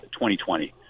2020